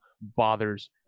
bothers